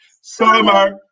Summer